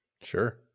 Sure